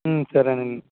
సరేనండి